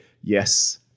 yes